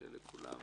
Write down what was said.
שיהיה לכולם